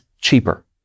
cheaper